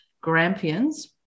Grampians